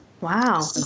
Wow